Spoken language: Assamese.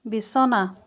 বিছনা